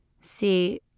See